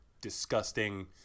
disgusting